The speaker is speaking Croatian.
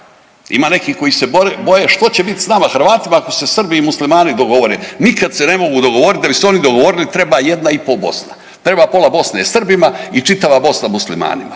Ima neki koji se boje što će biti s nama Hrvatima ako se Srbi i Muslimane dogovore. Nikada se ne mogu dogovoriti. Da bi se oni dogovorili treba jedna i pol Bosna. Treba pola Bosne Srbima i čitava Bosna Muslimanima,